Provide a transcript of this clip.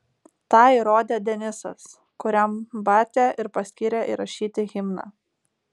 tą įrodė denisas kuriam batia ir paskyrė įrašyti himną